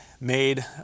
made